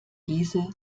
diese